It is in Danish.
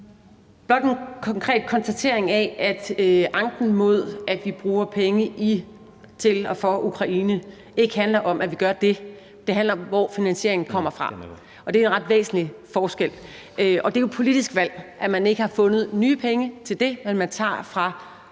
blot en konkret konstatering af, at anken mod, at vi bruger penge i, til og for Ukraine, ikke handler om, at vi gør det. Det handler om, hvor finansieringen kommer fra, og det er en ret væsentlig forskel. Det er jo et politisk valg, at man ikke har fundet nye penge til det, men at man tager fra